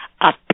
up